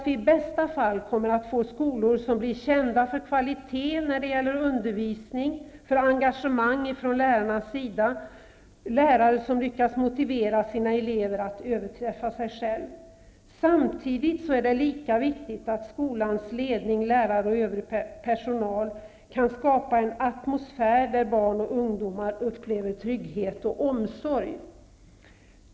I bästa fall kommer vi att få skolor som blir kända för kvalitet när det gäller undervisning, för engagemang från lärarnas sida och för lärare som lyckas motivera sina elever att överträffa sig själva. Samtidigt är det lika viktigt att skolans ledning, lärare och övrig personal kan skapa en atmosfär där barn och ungdom upplever trygghet och omsorg.